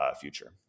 future